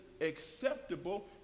acceptable